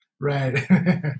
Right